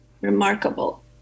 remarkable